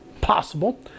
possible